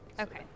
Okay